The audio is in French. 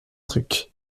truc